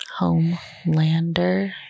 Homelander